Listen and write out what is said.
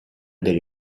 delle